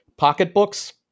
pocketbooks